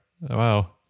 wow